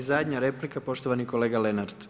I zadnja replika poštovani kolega Lenart.